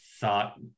thought